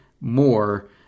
more